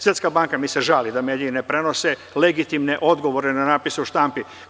Svetska banka mi se žali da mediji ne prenose legitimne odgovore na napise u štampi.